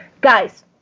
Guys